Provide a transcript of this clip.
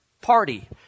party